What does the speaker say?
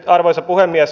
arvoisa puhemies